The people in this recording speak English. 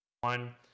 One